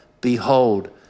behold